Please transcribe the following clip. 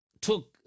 took